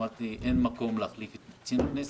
אמרתי שאין מקום להחליף את קצין הכנסת,